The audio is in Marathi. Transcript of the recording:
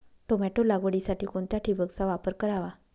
टोमॅटो लागवडीसाठी कोणत्या ठिबकचा वापर करावा?